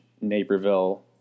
Naperville